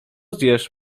zjesz